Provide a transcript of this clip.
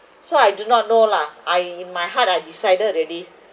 so I do not know lah I my heart I decided already